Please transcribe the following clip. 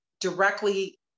directly